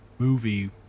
movie